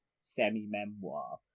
semi-memoir